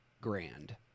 grand